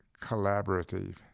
collaborative